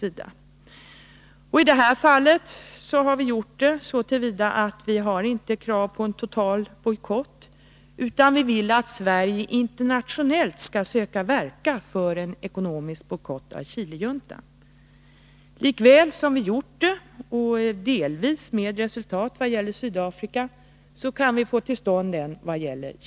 I detta fall ställer vi således inte längre krav på en total bojkott utan vill att Sverige internationellt skall söka verka för en ekonomisk bojkott av Chilejuntan. På samma sätt som vi genomfört en bojkott mot Sydafrika och delvis nått resultat, så kan vi få till stånd en mot Chile.